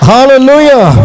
Hallelujah